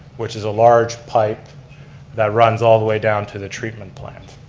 which is a large pipe that runs all the way down to the treatment plant.